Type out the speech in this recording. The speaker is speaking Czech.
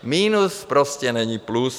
Minus prostě není plus.